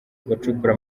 abacukura